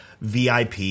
VIP